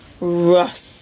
rough